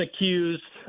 accused